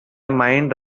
mind